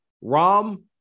Rom